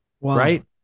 right